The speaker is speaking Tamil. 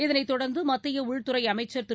இதனைத் தொடர்ந்து மத்திய உள்துறை அமைச்சர் திரு